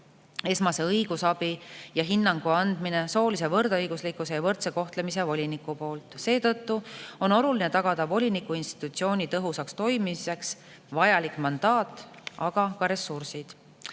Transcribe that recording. esmase õigusabi ja hinnangu andmine soolise võrdõiguslikkuse ja võrdse kohtlemise voliniku poolt. Seetõttu on oluline tagada voliniku institutsiooni tõhusaks toimimiseks vajalik mandaat, aga ka ressursid.